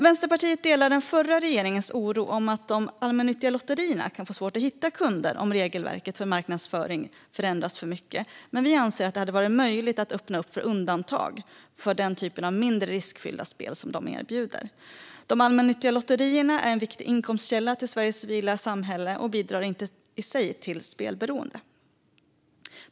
Vänsterpartiet delar den förra regeringens oro över att de allmännyttiga lotterierna kan få svårt att hitta kunder om regelverket för marknadsföring förändras för mycket, men vi anser att det hade varit möjligt att öppna upp för undantag för den typ av mindre riskfyllda spel som de erbjuder. De allmännyttiga lotterierna är en viktig inkomstkälla för Sveriges civila samhälle och bidrar i sig inte till spelberoende.